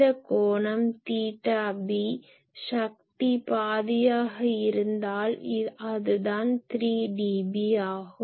இந்த கோணம் theta b சக்தி பாதியாக இருந்தால் அதுதான் 3 dB ஆகும்